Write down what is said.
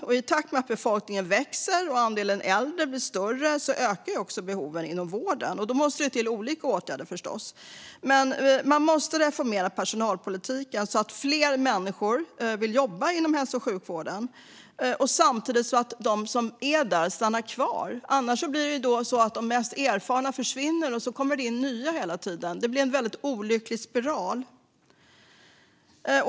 Och i takt med att befolkningen växer och andelen äldre blir större ökar också behoven inom vården. Då måste det förstås till olika åtgärder. Men man måste reformera personalpolitiken så att fler människor vill jobba inom hälso och sjukvården och så att de som jobbar där stannar kvar. Annars blir det så att de mest erfarna försvinner och att det hela tiden kommer in nya. Det blir en väldigt olycklig spiral.